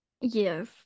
Yes